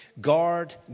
Guard